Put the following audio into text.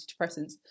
antidepressants